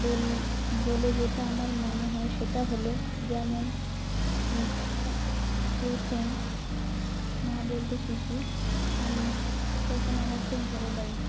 বল বলে যেটা আমার মনে হয় সেটা হলো যেমন প্রথম মা বলতে শিখি আম তখন আমার খুব ভালো লাগে